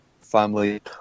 family